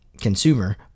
consumer